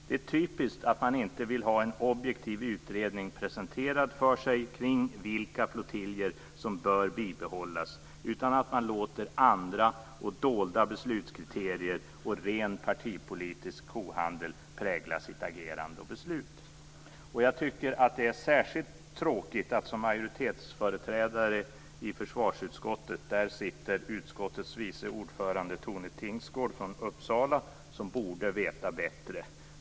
Det är typiskt att man inte vill ha en objektiv utredning presenterad för sig kring vilka flottiljer som bör bibehållas, utan att man låter andra och dolda beslutskriterier och ren partipolitisk kohandel prägla sitt agerande och beslut. Jag tycker att det är särskilt tråkigt att en majoritetsföreträdare i försvarsutskottet, utskottets vice ordförande Tone Tingsgård från Uppsala, inte vet bättre.